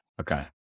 Okay